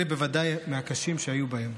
אלה בוודאי מהקשים שהיו בהם.